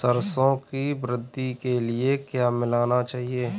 सरसों की वृद्धि के लिए क्या मिलाना चाहिए?